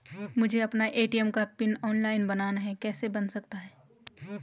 मुझे अपना ए.टी.एम का पिन ऑनलाइन बनाना है कैसे बन सकता है?